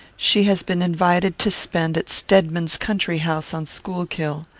she has been invited to spend at stedman's country-house on schuylkill.